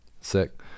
sick